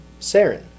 Saren